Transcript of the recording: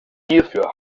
hierfür